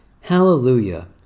Hallelujah